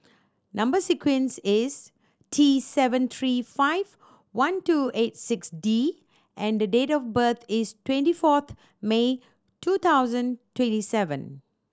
number sequence is T seven three five one two eight six D and the date of birth is twenty fourth May two thousand twenty seven